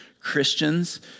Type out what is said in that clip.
Christians